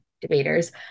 debaters